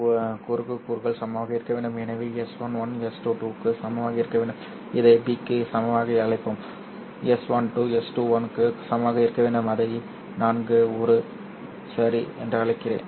எனது குறுக்கு கூறுகள் சமமாக இருக்க வேண்டும் எனவே s11 s22 க்கு சமமாக இருக்க வேண்டும் இதை b க்கு சமமாக அழைப்போம் S12 s21 க்கு சமமாக இருக்க வேண்டும் இதை நான் ஒரு என்று அழைக்கிறேன்